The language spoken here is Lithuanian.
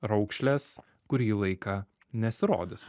raukšlės kurį laiką nesirodys